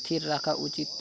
স্থির রাখা উচিৎ